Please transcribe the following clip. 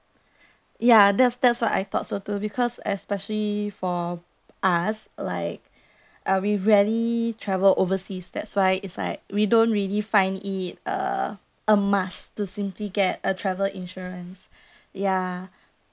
ya that's that's what I thought so too because especially for us like uh we rarely travel overseas that's why it's like we don't really find it uh a must to simply get a travel insurance ya